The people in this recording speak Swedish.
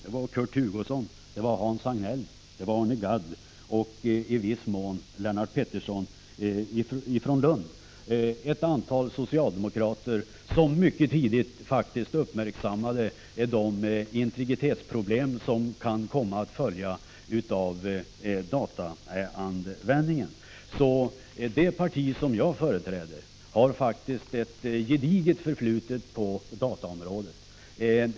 Det var Kurt Hugosson, Hans Hagnell, Arne Gadd och Lennart Pettersson i Lund, samtliga socialdemokrater, som mycket tidigt uppmärksammade de integritetsproblem som kan komma att följa av dataanvändningen. Så det parti som jag företräder har ett gediget förflutet på dataområdet.